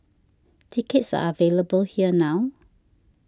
tickets are available here now